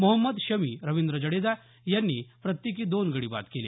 मोहम्मद शमी रविंद्र जडेजा यांनी प्रत्येकी दोन गडी बाद केले